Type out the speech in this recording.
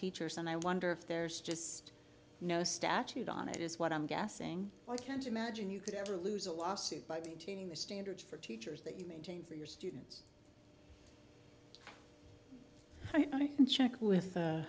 teachers and i wonder if there's just no statute on it is what i'm guessing i can't imagine you could ever lose a lawsuit by teaching the standards for teachers that you maintain for your students and check with